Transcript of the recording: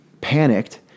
panicked